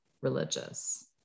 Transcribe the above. religious